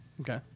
Okay